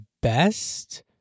best